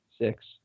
Six